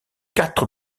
quatre